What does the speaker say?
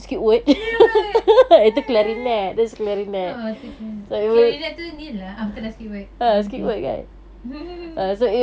ya (uh huh) tu clarinet clarinet tu ni lah ah betul lah squidward